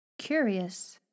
curious